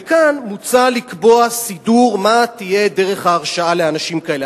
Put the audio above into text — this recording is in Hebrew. וכאן מוצע לקבוע סידור מה תהיה דרך ההרשאה לאנשים האלה.